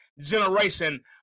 Generation